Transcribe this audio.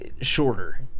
shorter